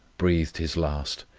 breathed his last,